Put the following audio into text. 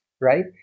right